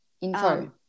info